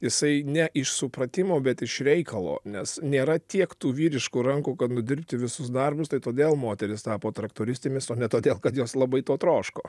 jisai ne iš supratimo bet iš reikalo nes nėra tiek tų vyriškų rankų kad nudirbti visus darbus tai todėl moterys tapo traktoristėmis o ne todėl kad jos labai to troško